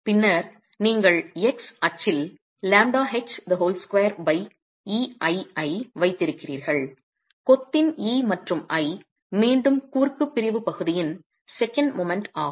பின்னர் நீங்கள் x அச்சில் ஐ வைத்திருக்கிறீர்கள் கொத்தின் E மற்றும் I மீண்டும் குறுக்கு பிரிவு பகுதியின் செகண்ட் மொமென்ட் ஆகும்